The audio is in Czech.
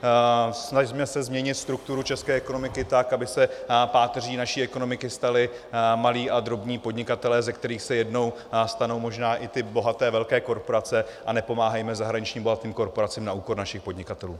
Snažme se změnit strukturu české ekonomiky tak, aby se páteří naší ekonomiky stali malí a drobní podnikatelé, ze kterých se jednou stanou možná i ty bohaté velké korporace, a nepomáhejme zahraničním bohatým korporacím na úkor našich podnikatelů.